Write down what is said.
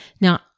Now